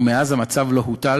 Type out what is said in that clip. ומאז המצב לא הוטב,